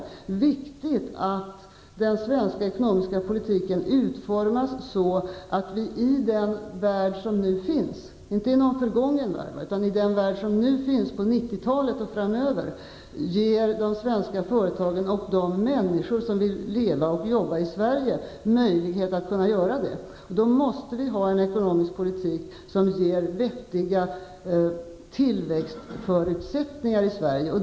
Det är viktigt att den svenska ekonomiska politiken utformas så att vi i den värld som nu finns -- inte i någon förgången värld, utan i den som nu finns och som kommer att finnas under 90-talet och framöver -- ger de svenska företagen och de människor som vill leva och jobba i Sverige möjlighet att göra det. Då måste vi ha en ekonomisk politik som ger vettiga tillväxtförutsättningar i Sverige.